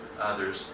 others